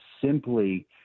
simply